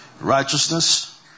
Righteousness